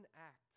act